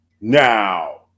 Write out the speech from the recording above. Now